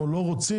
או לא רוצים,